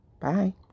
Bye